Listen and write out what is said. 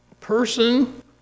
person